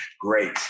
Great